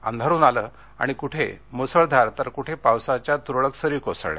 अंधारून आलं आणि कुठे मुसळधार तर कुठे पावसाच्या तुरळक सरी कोसळल्या